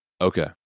Okay